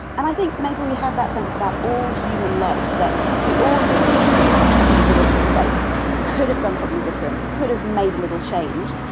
and i think maybe we have that sense about all human life, that we all live in this kind of possibility space could have done something different, could have made a little change.